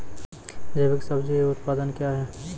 जैविक सब्जी उत्पादन क्या हैं?